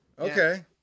okay